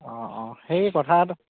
অঁ অঁ সেই কথা এটাত